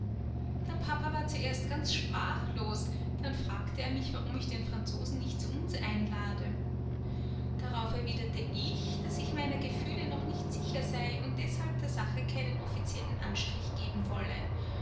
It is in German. der papa war zuerst ganz sprachlos dann fragte er mich warum ich den franzosen nicht zu uns einlade darauf erwiderte ich daß ich meiner gefühle noch nicht sicher sei und deshalb der sache keinen offiziellen anstrich geben wolle